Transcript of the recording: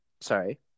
Sorry